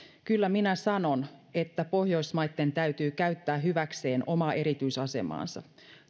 kyllä minä sanon että pohjoismaitten täytyy käyttää hyväkseen omaa erityisasemaansa